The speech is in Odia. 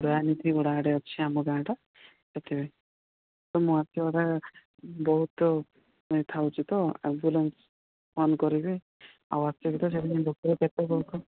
ଦୟାନିଧି ଗଡ଼ା ଆଡ଼େ ଅଛି ଆମ ଗାଁ ଟା ସେଥିପାଇଁ ମୋ ଆଖିଗୁଡ଼ା ବହୁତ ବଥା ହେଉଛି ଆମ୍ବୁଲାନ୍ସ କରିବି ଆଉ ଅସୁବିଧା